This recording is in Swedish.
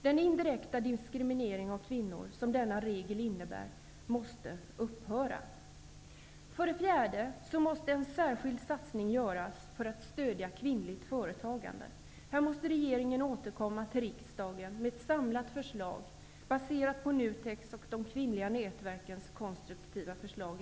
Den indirekta diskriminering av kvinnor som denna regel innebär måste upphöra. För det fjärde måste en särskild satsning göras för att stödja kvinnligt företagande. Här måste regeringen återkomma till riksdagen med ett samlat förslag baserat på NUTEK:s och de kvinnliga nätverkens konstruktiva förslag.